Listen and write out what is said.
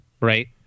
right